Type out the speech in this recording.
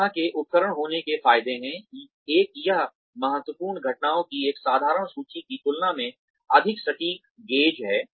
इस तरह के उपकरण होने के फायदे हैं एक यह महत्वपूर्ण घटनाओं की एक साधारण सूची की तुलना में अधिक सटीक गेज है